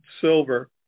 silver